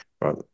right